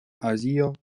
azio